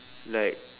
like